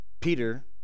Peter